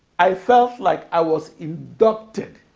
i felt like i was inducted